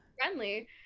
friendly